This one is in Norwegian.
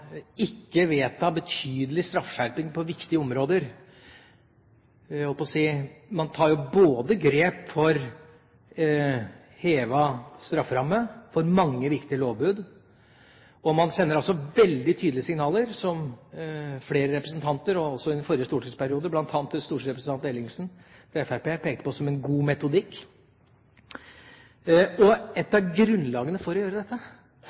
ikke å vedta en betydelig straffeskjerping på viktige områder. Jeg holdt på å si – man tar jo både grep for hevet strafferamme for mange viktige lovbrudd, og man sender veldig tydelige signaler, noe som flere representanter også i forrige stortingsperiode, bl.a. stortingsrepresentant Ellingsen fra Fremskrittspartiet, pekte på som en god metodikk. Et av grunnlagene for å gjøre dette